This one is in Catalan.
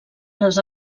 les